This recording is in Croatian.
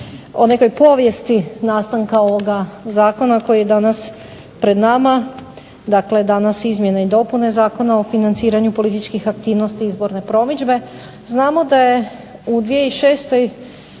o nekoj povijesti nastanka ovog Zakona koji je danas pred nama, dakle danas Izmjene i dopune Zakona o financiranju političkih aktivnosti izborne promidžbe, znamo da je u 2006.